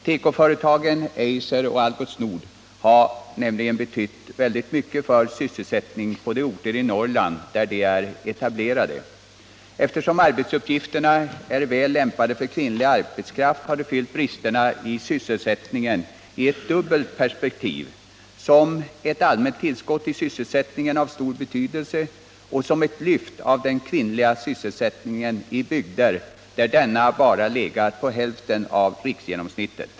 Tekoföretagen AB Eiser och Algots Nord AB har nämligen betytt oerhört mycket för sysselsättningen på de orter i Norrland, där de är etablerade. Eftersom arbetsuppgifterna är väl lämpade för kvinnlig arbetskraft, har de fyllt bristerna i sysselsättningen i ett dubbelt perspektiv — som ett allmänt tillskott av stor betydelse till sysselsättningen och som ett lyft av den kvinnliga sysselsättningen i bygder, där denna bara legat på hälften av riksgenomsnittet.